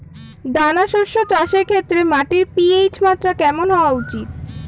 দানা শস্য চাষের ক্ষেত্রে মাটির পি.এইচ মাত্রা কেমন হওয়া উচিৎ?